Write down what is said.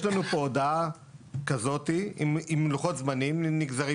יש לנו פה הודעה כזאת עם לוחות זמנים נגזרים